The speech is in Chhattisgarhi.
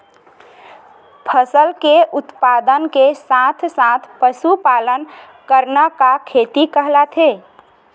फसल के उत्पादन के साथ साथ पशुपालन करना का खेती कहलाथे?